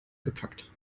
gepackt